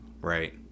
right